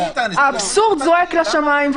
האבסורד זועק לשמיים.